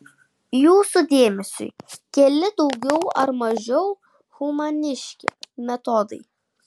jūsų dėmesiui keli daugiau ar mažiau humaniški metodai